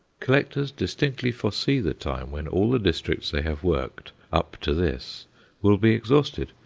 collectors distinctly foresee the time when all the districts they have worked up to this will be exhausted.